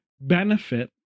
benefit